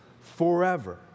forever